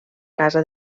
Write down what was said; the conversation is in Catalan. casa